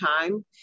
time